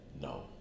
no